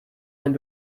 eine